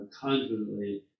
confidently